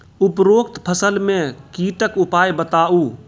उपरोक्त फसल मे कीटक उपाय बताऊ?